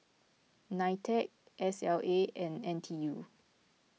Nitec S L A and N T U